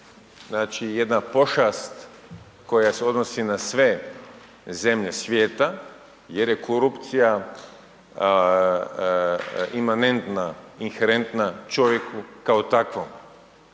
znači jedna pošast koja se odnosi na sve zemlje svijeta jer je korupcija imanentna, inherentna čovjeku kao takvom.